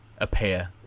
Appear